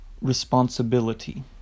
responsibility